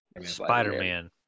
Spider-Man